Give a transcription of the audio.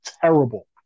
terrible